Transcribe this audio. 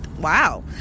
wow